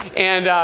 and